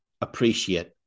appreciate